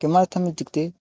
किमर्थम् इत्युक्ते